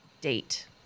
date